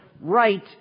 right